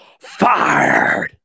fired